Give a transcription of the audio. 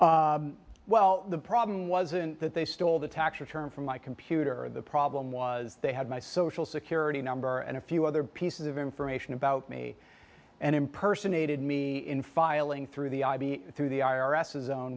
yes well the problem wasn't that they stole the tax return from my computer the problem was they had my social security number and a few other pieces of information about me and impersonated me in filing through the i b a through the i r s his own